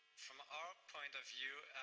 from our point of view,